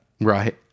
Right